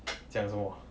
讲什么